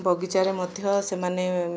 ବଗିଚାରେ ମଧ୍ୟ ସେମାନେ